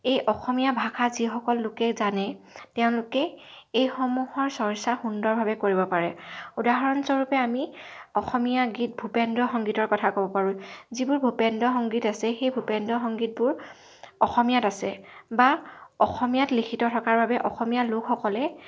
এই অসমীয়া ভাষা যিসকল লোকে জানে তেওঁলোকে এইসমূহৰ চৰ্চা সুন্দৰভাৱে কৰিব পাৰে উদাহৰণস্বৰূপে আমি অসমীয়া গীত ভূপেন্দ্ৰ সংগীতৰ কথা ক'ব পাৰোঁ যিবোৰ ভূপেন্দ্ৰ সংগীত আছে সেই ভূপেন্দ্ৰ সংগীতবোৰ অসমীয়াত আছে বা অসমীয়াত লিখিত থকাৰ বাবে অসমীয়া লোকসকলে